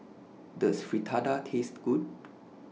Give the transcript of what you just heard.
Does Fritada Taste Good